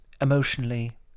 emotionally